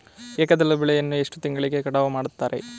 ಏಕದಳ ಬೆಳೆಯನ್ನು ಎಷ್ಟು ತಿಂಗಳಿಗೆ ಕಟಾವು ಮಾಡುತ್ತಾರೆ?